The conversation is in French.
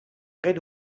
red